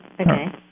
Okay